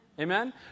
Amen